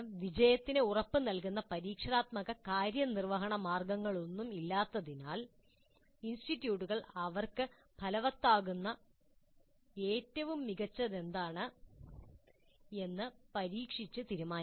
വിജയത്തിന് ഉറപ്പുനൽകുന്ന പരീക്ഷണാത്മക കാര്യനിർവ്വഹണമാർഗ്ഗങ്ങളൊന്നും ഇല്ലാത്തതിനാൽ ഇൻസ്റ്റിറ്റ്യൂട്ടുകൾ അവർക്ക് ഫലവത്താകുന്ന ഏറ്റവും മികച്ചത് എന്താണെന്ന് പരീക്ഷിച്ച് തീരുമാനിക്കണം